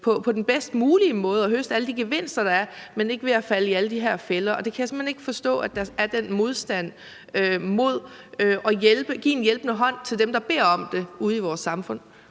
på den bedst mulige måde og høste alle de gevinster, der er, uden at falde i alle de her fælder. Og jeg kan simpelt hen ikke forstå, at der er den modstand mod at give en hjælpende hånd til dem, der beder om det ude i vores samfund.